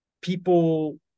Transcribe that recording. people